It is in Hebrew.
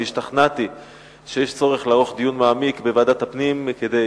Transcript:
והשתכנעתי שצריך לערוך דיון מעמיק בוועדת הפנים כדי